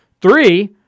Three